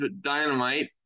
dynamite